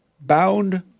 Bound